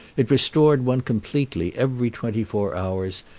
it restored one completely every twenty-four hours,